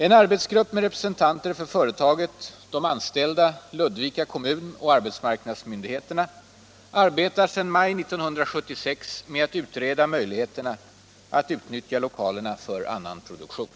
En arbetsgrupp med representanter för företaget, de anställda, Ludvika kommun och arbetsmarknadsmyndigheterna arbetar sedan maj 1976 med att utreda möjligheterna att utnyttja lokalerna för annan produktion.